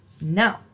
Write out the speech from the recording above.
No